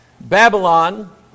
Babylon